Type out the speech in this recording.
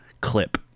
clip